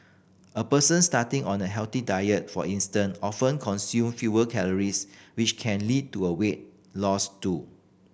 a person starting on a healthy diet for instance often consume fewer calories which can lead to a weight loss too